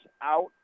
out